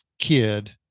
kid